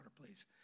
please